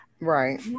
Right